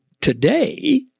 today